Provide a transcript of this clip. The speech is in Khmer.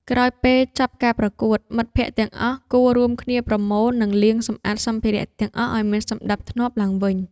ក្រោយពេលចប់ការប្រកួត មិត្តភក្តិទាំងអស់គួររួមគ្នាប្រមូល និងលាងសម្អាតសម្ភារៈទាំងអស់ឱ្យមានសណ្ដាប់ធ្នាប់ឡើងវិញ។